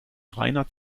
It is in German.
reiner